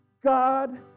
God